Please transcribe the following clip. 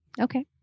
Okay